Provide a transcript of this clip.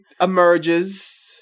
emerges